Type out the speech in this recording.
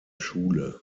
schule